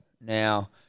Now